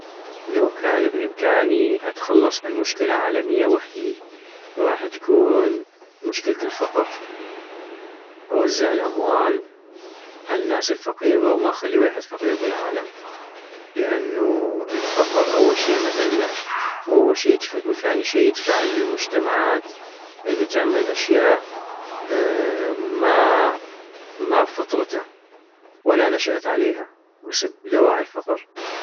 لو كان بإمكاني اتخلص من مشكلة عالمية وحدي ، غاح تكون مشكلة الفقر ،اوزع الاموال عالناس الفقيغة وما اخلي ويحد فقيغ بالعالم ، لان انو الفقر أول شي مذلة وأول شي-ثاني شي يدفع المجتمعات انو تعمل أشياء ما بفطرتا ولا نشأت عليها بس بدواعي الفقر